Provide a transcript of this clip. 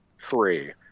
three